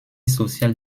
social